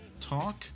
talk